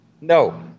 No